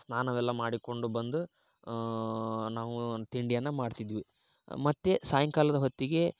ಸ್ನಾನವೆಲ್ಲ ಮಾಡಿಕೊಂಡು ಬಂದು ನಾವು ತಿಂಡಿಯನ್ನು ಮಾಡ್ತಿದ್ವಿ ಮತ್ತು ಸಾಯಂಕಾಲದ ಹೊತ್ತಿಗೆ